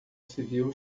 civil